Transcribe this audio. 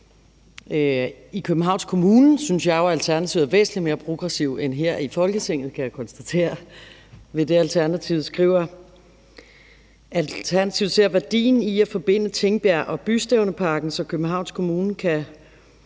i Københavns Kommune er væsentlig mere progressive, end man er her i Folketinget. Alternativet skriver: »Alternativet ser værdien i at forbinde Tingbjerg og Bystævneparken, så Københavns kommune kan